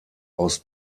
aus